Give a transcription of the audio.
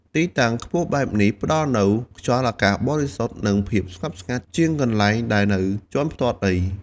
ទីតាំងខ្ពស់បែបនេះផ្ដល់នូវខ្យល់អាកាសបរិសុទ្ធ និងភាពស្ងប់ស្ងាត់ជាងកន្លែងដែលនៅជាន់ផ្ទាល់ដី។